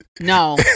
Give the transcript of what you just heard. no